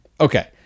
Okay